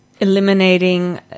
eliminating